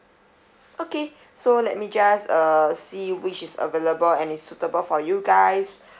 okay so let me just uh see which is available and is suitable for you guys